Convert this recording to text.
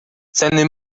ceny